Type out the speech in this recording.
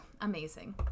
amazing